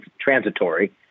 transitory